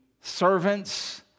servants